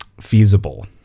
feasible